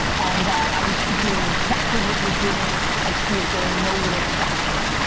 and i would keep doing exactly what you're doing. i see it going nowhere, fast.